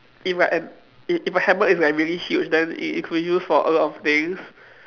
if like an if if a hammer is like really huge then it it could use for a lot of things